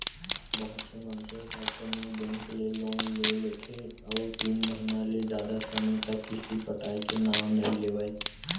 बहुत से मनसे ह कोनो बेंक ले लोन ले लेथे अउ तीन महिना ले जादा समे तक किस्ती पटाय के नांव नइ लेवय